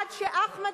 עד שאחמד טיבי,